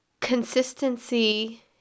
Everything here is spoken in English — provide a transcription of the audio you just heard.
Consistency